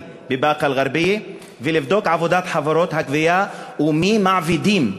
בבאקה-אלע'רביה ולבדוק את עבודת חברות הגבייה ואת מי מעבידים,